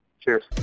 Cheers